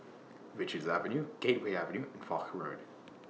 Richards Avenue Gateway Avenue and Foch Road